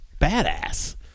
badass